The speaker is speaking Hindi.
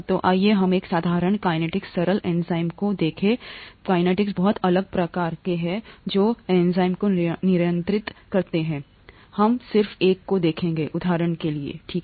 तो आइए हम एक साधारण कैनेटीक्स सरल एंजाइम को देखें कैनेटीक्स बहुत अलग प्रकार के कैनेटीक्स हैं जो हैं जो एंजाइम को नियंत्रित करते हैं कार्रवाईहम सिर्फ एक को देखेंगे उदाहरण के लिए ठीक है